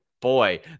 boy